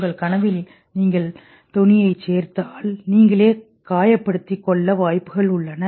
உங்கள் கனவில் நீங்கள் தொனியைச் சேர்த்தால்உங்களை நீங்களே காயப்படுத்திக் கொள்ள வாய்ப்புகள் உள்ளன